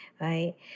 Right